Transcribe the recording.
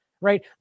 right